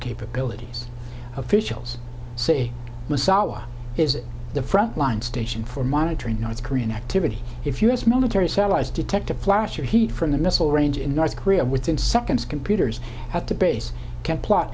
capabilities officials say misawa is the front line station for monitoring north korean activity if u s military satellites detect a flash of heat from the missile range in north korea within seconds computers at the base can plot